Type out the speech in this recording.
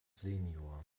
senior